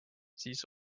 siis